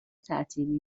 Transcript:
ترتیبی